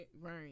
Right